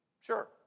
Sure